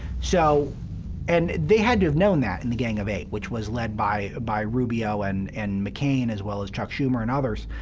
so and they had to have known that in the gang of eight, which was led by by rubio and and mccain, as well as chuck schumer and others.